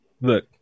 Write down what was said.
look